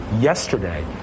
yesterday